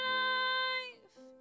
life